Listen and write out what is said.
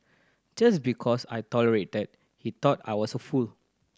just because I tolerated that he thought I was a fool